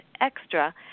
extra